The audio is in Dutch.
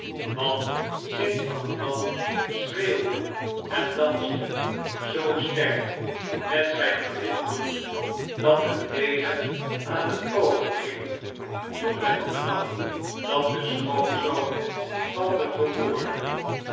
want st antoine schreeuwde en danste zoo sterk met zh'n verhit bloed dat het weder aan het koken gihg toen men vernam dat de schoonzoon van den vermoorde